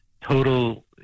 total